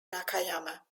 nakayama